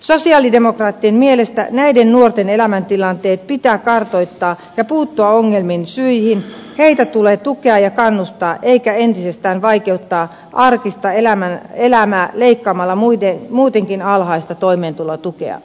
sosialidemokraattien mielestä näiden nuorten elämäntilanteet pitää kartoittaa ja puuttua ongelmien syihin heitä tulee tukea ja kannustaa eikä entisestään vaikeuttaa heidän arkista elämäänsä leikkaamalla muutenkin alhaista toimeentulotukea